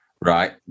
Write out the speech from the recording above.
right